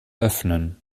öffnen